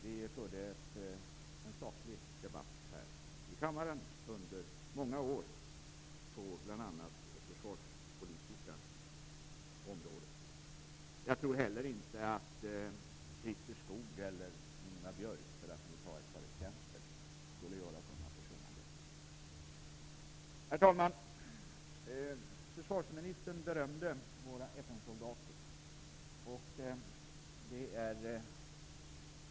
Vi förde en saklig debatt här i kammaren under många år på bl.a. det försvarspolitiska området. Jag tror heller inte att Christer Skoog eller Ingvar Björk, för att ta ett par exempel, skulle göra sådana personangrepp. Herr talman! Försvarsministern berömde våra FN soldater.